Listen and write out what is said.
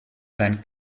sein